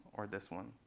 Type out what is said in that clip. or this one?